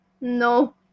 No